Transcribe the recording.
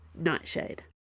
Nightshade